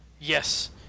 Yes